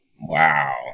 wow